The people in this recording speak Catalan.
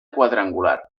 quadrangular